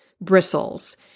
bristles